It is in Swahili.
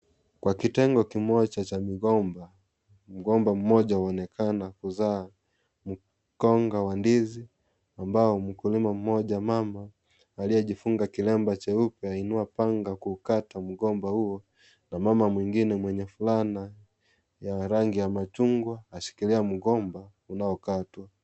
Kwa kitengo kimoja cha migomba, mgomba mmoja waonekana kuzaa mkonga wa ndizi ambao mkulima mmoja mama aliyejifunga kilemba cheupe ainua panga kuukata mgomba huo, na mama mwingine mwenye fulana ya rangi ya machungwa ashikilia mgomba unaokatwa.